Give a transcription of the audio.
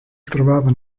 trovava